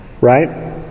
Right